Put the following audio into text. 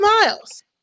miles